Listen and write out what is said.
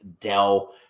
Dell